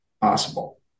possible